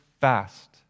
fast